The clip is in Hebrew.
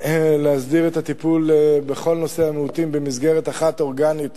להסדיר את הטיפול בכל נושא המיעוטים במסגרת אחת אורגנית,